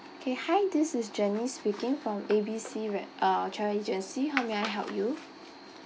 okay hi this is jenny speaking from A B C rad~ uh travel agency how may I help you